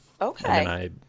okay